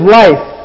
life